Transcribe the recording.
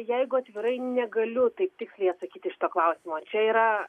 jeigu atvirai negaliu taip tiksliai atsakyti į šitą klausimą čia yra